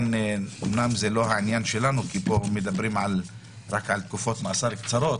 אמנם זה לא העניין שלנו כי פה מדברים רק על תקופות מאסר קצרות